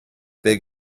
big